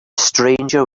stranger